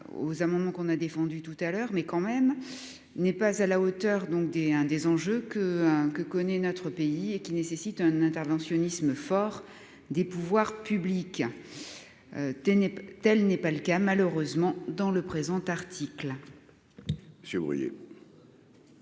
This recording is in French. aux amendements qu'on a défendu tout à l'heure, mais quand même, n'est pas à la hauteur, donc des un des enjeux que que connaît notre pays et qui nécessite un interventionnisme fort des pouvoirs publics, tennis, telle n'est pas le cas malheureusement dans le présent article.